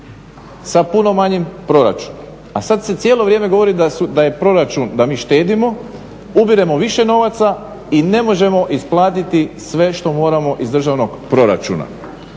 sa puno manjim proračunom. A sad se cijelo vrijeme govori da je proračun da mi štedimo, ubiremo više novaca i ne možemo isplatiti sve što moramo iz državnog proračuna.